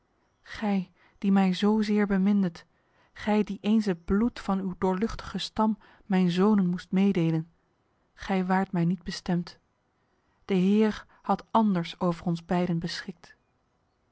gij die mij zozeer bemindet gij die eens het bloed van uw doorluchtige stam mijn zonen moest meedelen gij waart mij niet bestemd de heer had anders over ons beiden beschikt